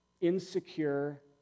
insecure